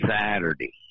Saturday